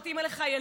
את אימא לחיילים,